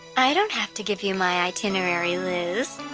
i don't have to give you my itinerary, liz,